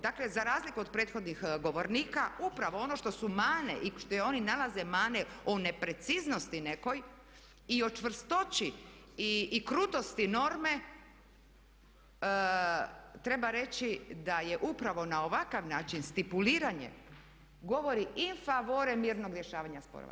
Dakle, za razliku od prethodnih govornika upravo ono što su mane i što oni nalaze mane o nepreciznosti nekoj i o čvrstoći i o krutosti norme treba reći da je upravo na ovakav način stipuliranje govori in favorem mirnog rješavanja sporova.